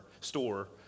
store